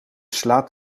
slaat